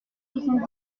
soixante